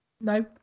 No